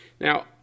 Now